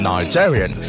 Nigerian